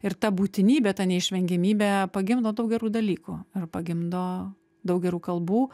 ir ta būtinybė ta neišvengiamybė pagimdo daug gerų dalykų ir pagimdo daug gerų kalbų